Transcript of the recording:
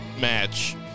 match